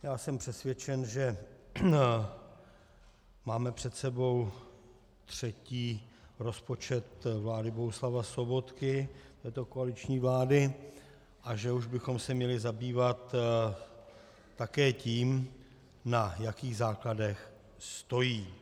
Já jsem přesvědčen, že máme před sebou třetí rozpočet vlády Bohuslava Sobotky, této koaliční vlády, a že už bychom se měli zabývat také tím, na jakých základech stojí.